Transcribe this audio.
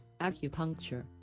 acupuncture